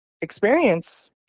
experience